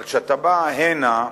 אבל כשאתה בא הנה,